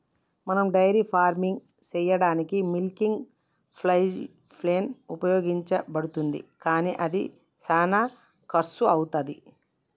మనం dairy farming సెయ్యదానికీ milking pipeline ఉపయోగించబడుతుంది కానీ అది శానా కర్శు అవుతది